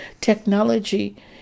Technology